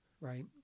right